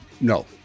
No